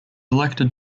elected